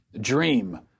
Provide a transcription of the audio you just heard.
dream